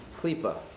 klipa